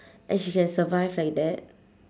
and she can survive like that